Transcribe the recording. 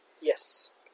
Yes